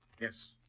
Yes